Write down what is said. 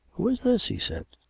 who is this? he said.